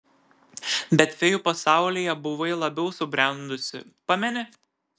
bet fėjų pasaulyje buvai labiau subrendusi pameni